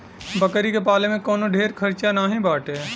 बकरी के पाले में कवनो ढेर खर्चा नाही बाटे